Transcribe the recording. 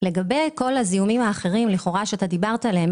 כל הזיהומים האחרים שדיברת עליהם,